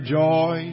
joy